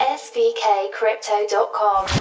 svkcrypto.com